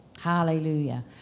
Hallelujah